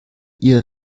ihr